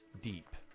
deep